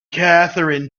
catherine